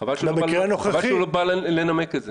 חבל שהוא לא בא לנמק את זה.